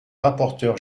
rapporteur